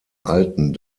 alten